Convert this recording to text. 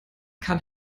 kann